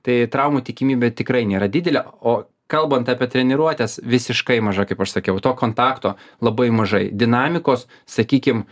tai traumų tikimybė tikrai nėra didelė o kalbant apie treniruotes visiškai maža kaip aš sakiau to kontakto labai mažai dinamikos sakykim